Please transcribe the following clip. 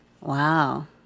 Wow